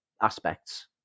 aspects